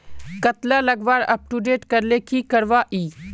कतला लगवार अपटूडेट करले की करवा ई?